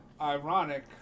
ironic